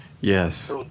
Yes